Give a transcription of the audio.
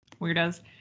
weirdos